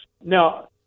Now